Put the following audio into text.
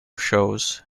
shows